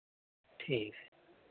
ठीक है